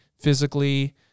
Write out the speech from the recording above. physically